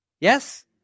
Yes